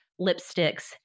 lipsticks